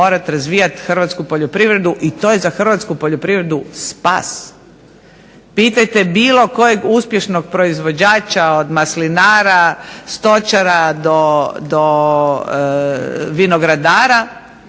morati razvijati hrvatsku poljoprivredu i to je za hrvatsku poljoprivredu spas. Pitajte bilo kojeg uspješnog proizvođača od maslinara, stočara do vinogradara,